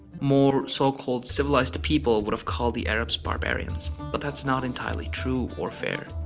more so-called civilized people would have called the arabs barbarians but that's not entirely true or fair.